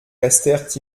restèrent